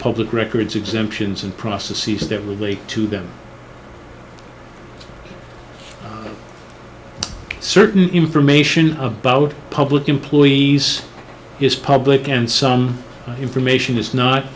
public records exemptions and processes that relate to them certain information about public employees is public and some information is